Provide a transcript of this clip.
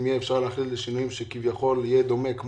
אפשר יהיה להכניס שינויים שזה יהיה דומה.